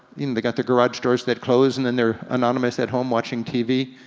you know, they got the garage doors that close and then they're anonymous at home watching tv.